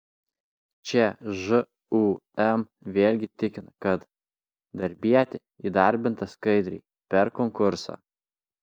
čia žūm vėlgi tikina kad darbietė įdarbinta skaidriai per konkursą